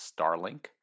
Starlink